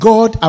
God